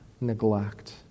neglect